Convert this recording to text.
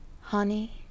honey